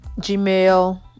Gmail